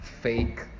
fake